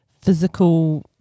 physical